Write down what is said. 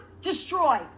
destroy